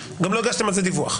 וגם לא הגשתם על זה דיווח.